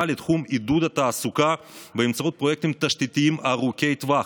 לתחום עידוד התעסוקה באמצעות פרויקטים תשתיתיים ארוכי טווח,